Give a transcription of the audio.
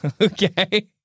Okay